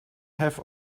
have